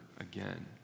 again